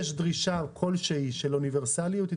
דרישה כלשהי של אוניברסליות,